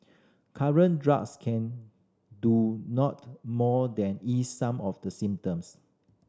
current drugs can do not more than ease some of the symptoms